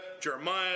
Jeremiah